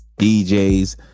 DJs